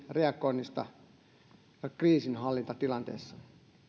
reagoinnista kriisinhallintatilanteessa